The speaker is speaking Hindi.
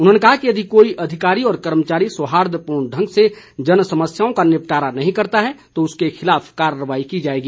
उन्होंने कहा कि यदि कोई अधिकारी व कर्मचारी सौहार्दपूर्ण ढंग से जनसमस्याओं का निपटारा नहीं करता है तो उसके खिलाफ कार्रवाई की जाएगी